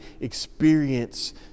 experience